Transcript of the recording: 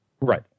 Right